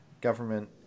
government